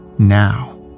now